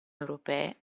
europee